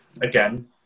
again